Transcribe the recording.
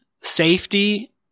safety